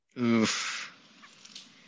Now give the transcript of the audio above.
Oof